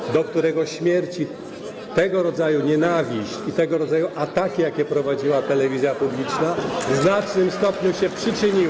Ooo! ...do którego śmierci tego rodzaju nienawiść i tego rodzaju ataki, jakie prowadziła telewizja publiczna, w znacznym stopniu się przyczyniły.